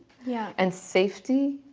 yeah and safety